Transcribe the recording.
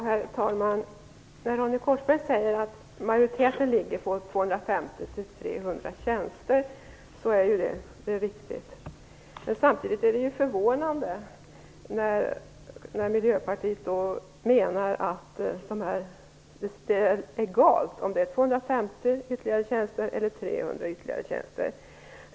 Herr talman! Ronny Korsberg säger att majoriteten stöder 250-300 tjänster, och det är riktigt. Men samtidigt är det förvånande att Miljöpartiet menar att det är egalt om det är 250 ytterligare tjänster eller 300 ytterligare tjänster.